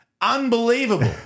Unbelievable